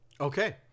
Okay